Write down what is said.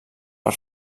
per